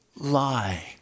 lie